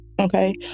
okay